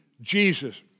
Jesus